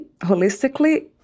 holistically